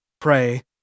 Pray